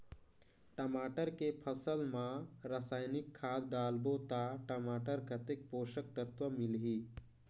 टमाटर के फसल मा रसायनिक खाद डालबो ता टमाटर कतेक पोषक तत्व मिलही?